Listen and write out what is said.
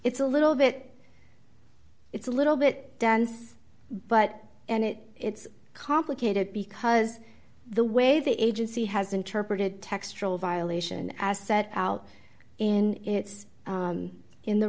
it's a little bit it's a little bit dense but and it it's complicated because the way the agency has interpreted textural violation as set out in it's in the